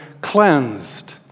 cleansed